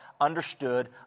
understood